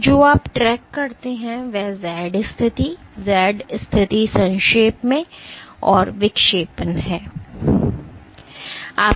तो जो आप ट्रैक करते हैं वह Z स्थिति Z स्थिति संक्षेप में और विक्षेपण है